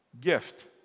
gift